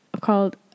called